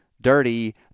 dirty